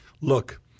look